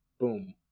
Boom